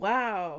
Wow